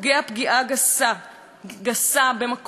גסה, במקום שמעולם לא נעשתה פגיעה.